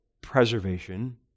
preservation